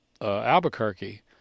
Albuquerque